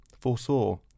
foresaw